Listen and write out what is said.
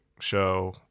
show